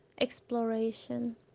exploration